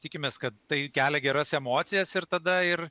tikimės kad tai kelia geras emocijas ir tada ir